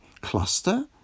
Cluster